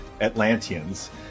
Atlanteans